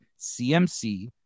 CMC